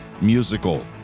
musical